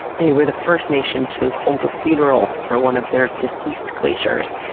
they were the first nation to hold a funeral for one of their deceased glaciers,